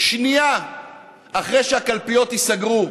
שנייה אחרי שהקלפיות ייסגרו,